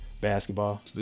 Basketball